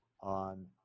on